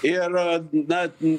ir na